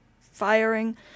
firing